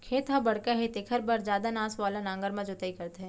खेत ह बड़का हे तेखर बर जादा नास वाला नांगर म जोतई करथे